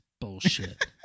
Bullshit